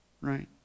right